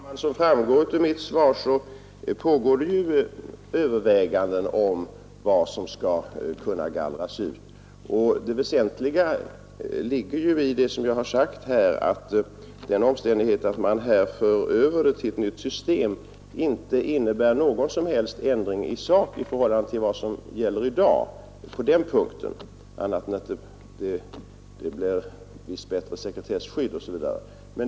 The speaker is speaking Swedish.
Herr talman! Som framgår av mitt svar pågår det överväganden om vad som skall kunna gallras ut. Det väsentliga ligger ju i det som jag har sagt här; den omständigheten att man för över registreringen till ett nytt system innebär inte någon som helst ändring i sak i förhållande till vad som gäller i dag på den här punkten annat än att det blir visst bättre sekretesskydd osv.